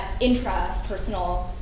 intrapersonal